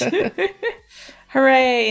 Hooray